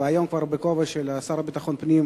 והיום בכובע של השר לביטחון הפנים